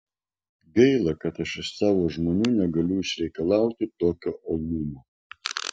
gaila kad aš iš savo žmonių negaliu išreikalauti tokio uolumo